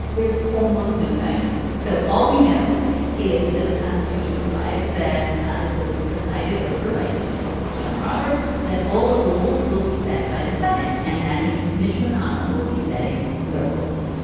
there's almost no guidance. so all we know is that the constitution provides that this will be presided over by chief justice john roberts, that all the rules will be set by the senate. and that means mitch mcconnell will be setting the rules.